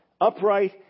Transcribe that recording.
upright